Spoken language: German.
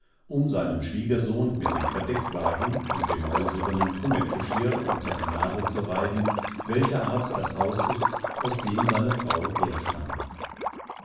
um seinem schwiegersohn mit dem verdeckwagen und dem neusilbernen kummetgeschirr unter die nase zu reiben welcherart das haus ist aus dem seine frau herstammt